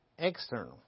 external